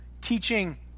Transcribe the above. teaching